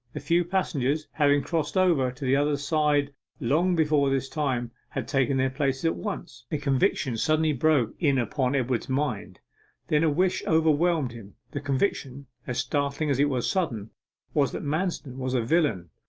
the few passengers, having crossed over to the other side long before this time, had taken their places at once. a conviction suddenly broke in upon edward's mind then a wish overwhelmed him. the conviction as startling as it was sudden was that manston was a villain,